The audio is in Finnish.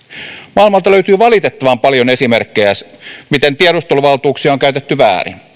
maailmalta löytyy valitettavan paljon esimerkkejä miten tiedusteluvaltuuksia on käytetty väärin